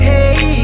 Hey